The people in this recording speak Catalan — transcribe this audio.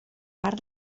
part